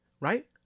right